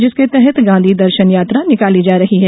जिसके तहत गाँधी दर्शन यात्रा निकाली जा रही है